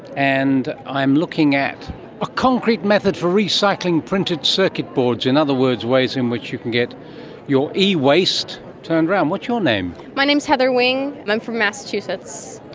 and i'm looking at a concrete method for recycling printed circuit boards. in other words, ways in which you can get your e-waste turned around. what's your name? my name is heather wing and i'm from massachusetts.